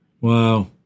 wow